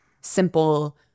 simple